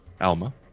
Alma